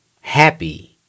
Happy